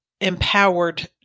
empowered